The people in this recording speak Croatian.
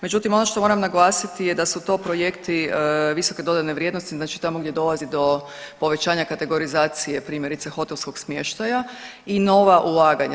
Međutim, ono što moram naglasiti je da su to projekti visoke dodane vrijednosti, znači tamo gdje dolazi do povećanja kategorizacije primjerice hotelskog smještaja i nova ulaganja.